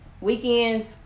Weekends